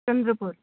Chandrapur